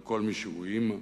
על כל מי שהוא אמא,